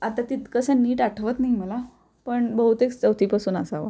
आता तितकं नीट आठवत नाही मला पण बहुतेक चौथीपासून असावा